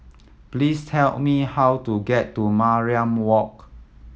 please tell me how to get to Mariam Walk